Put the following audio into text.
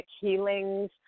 healings